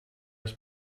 his